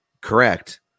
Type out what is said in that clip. Correct